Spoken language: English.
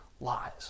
lies